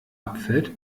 abfällt